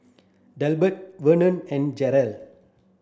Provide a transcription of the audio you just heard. Delbert Vernon and Jaylyn